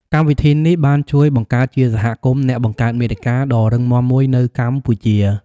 កម្មវិធីនេះបានជួយបង្កើតជាសហគមន៍អ្នកបង្កើតមាតិកាដ៏រឹងមាំមួយនៅកម្ពុជា។